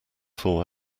thaw